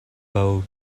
boat